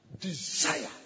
desire